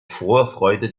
vorfreude